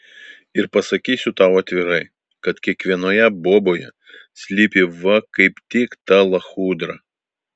ir pasakysiu tau atvirai kad kiekvienoje boboje slypi va kaip tik ta lachudra